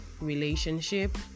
relationship